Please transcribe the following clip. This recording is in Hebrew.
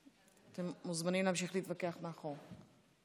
אתם מוזמנים להמשיך להתווכח מאחור.